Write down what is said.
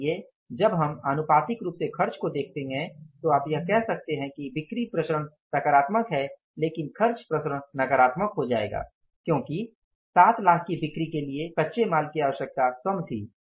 इसलिए जब हम आनुपातिक रूप से खर्च को देखते हैं तो आप कह सकते हैं बिक्री प्रसरण सकारात्मक है लेकिन खर्च प्रसरण नकारात्मक हो जाएगा क्योंकि 7 लाख की बिक्री के लिए कच्चे माल की आवश्यकता कम थी